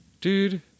dude